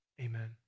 Amen